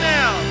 now